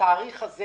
התאריך הזה